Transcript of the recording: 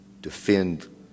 defend